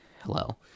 Hello